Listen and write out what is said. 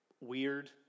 weird